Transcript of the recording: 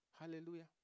Hallelujah